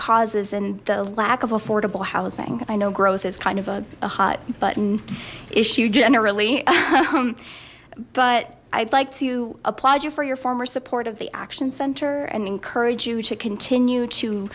causes and the lack of affordable housing i know grows is kind of a hot button issue generally but i'd like to applaud you for your former support of the action center and encourage you to continue to